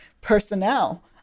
personnel